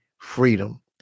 freedom